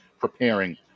preparing